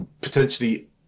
potentially